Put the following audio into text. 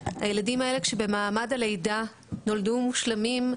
הילדים האלה כשבמעמד הלידה נולדו שלמים,